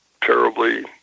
terribly